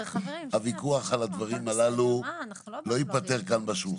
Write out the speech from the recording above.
הוויכוח על הדברים הללו לא ייפתר כאן בשולחן.